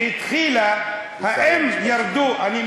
שהתחילה, אז מה השאלה?